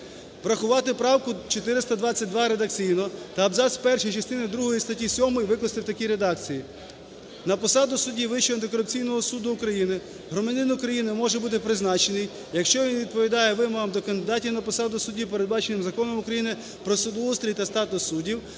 Врахувати правку 422 редакційно та абзац перший частини другої статті 7 викласти в такій редакції: "На посаду судді Вищого антикорупційного суду громадянин України може бути призначений, якщо він відповідає вимогам до кандидатів на посаду судді, передбаченим Законом України "Про судоустрій та статус суддів",